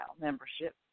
membership